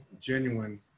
genuine